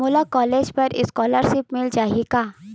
मोला कॉलेज बर स्कालर्शिप मिल जाही का?